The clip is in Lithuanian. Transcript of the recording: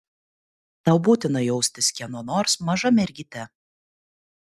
tau būtina jaustis kieno nors maža mergyte